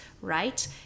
right